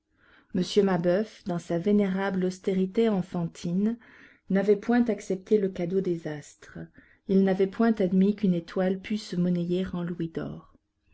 mabeuf m mabeuf dans sa vénérable austérité enfantine n'avait point accepté le cadeau des astres il n'avait point admis qu'une étoile pût se monnayer en louis d'or